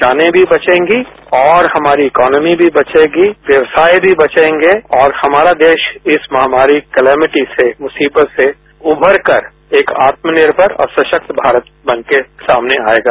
जाने भी बचेंगी और हमारी इकोनॉमी भी बचेगी व्यवसाय भी बचेंगे और हमारा देश इस महामारी क्लामिटी से मुसीबत से उभर तक एक आत्मनिर्भर और सशक्त भारत बनके सामने आएगा